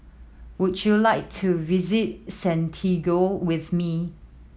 would you like to visit Santiago with me